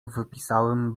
wypisałem